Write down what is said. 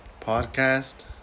podcast